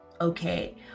okay